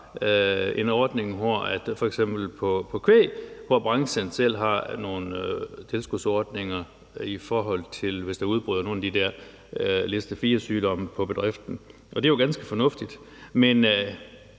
en ordning, f.eks. om kvæg, hvor branchen selv har nogle tilskudsordninger, i forhold til hvis der udbryder nogle af de der liste fire-sygdomme på bedriften, og det er jo ganske fornuftigt.